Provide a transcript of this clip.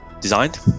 designed